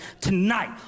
tonight